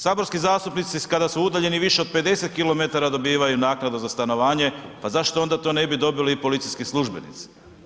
Saborski zastupnici kada su udaljeni više od 50 km, dobivaju naknadu za stanovanje, pa zašto onda to ne bi dobili i policijski službenici?